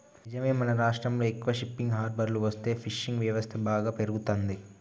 నిజమే మన రాష్ట్రంలో ఎక్కువ షిప్పింగ్ హార్బర్లు వస్తే ఫిషింగ్ వ్యవస్థ బాగా పెరుగుతంది